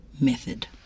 Method